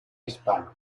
hispano